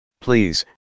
Please